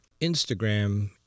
Instagram